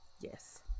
yes